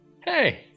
Hey